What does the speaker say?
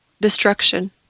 destruction